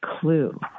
clue